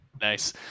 Nice